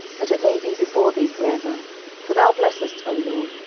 that it may be before thee for ever for thou blessest, o lord,